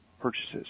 Purchases